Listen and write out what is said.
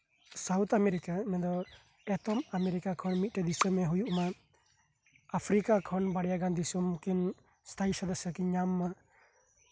South America ᱢᱮᱱᱫᱚ ᱮᱛᱚᱢ America ᱠᱷᱚᱱ ᱢᱤᱫ ᱴᱮᱱ ᱫᱤᱥᱚᱢ ᱦᱳᱭᱳᱜ ᱢᱟ ᱟᱯᱷᱨᱤᱠᱟ ᱫᱤᱥᱚᱢ ᱠᱷᱚᱱ ᱵᱟᱨᱭᱟ ᱜᱟᱱ ᱫᱤᱥᱚᱢ ᱨᱤᱱ ᱥᱛᱷᱟᱭᱤ ᱥᱚᱫᱚᱥᱥᱚ ᱠᱤᱱ ᱧᱟᱢ ᱢᱟ